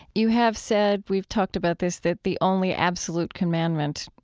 you have said we've talked about this that the only absolute commandment,